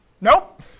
nope